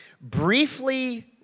briefly